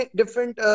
different